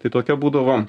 tai tokia būdavo